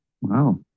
Wow